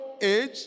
age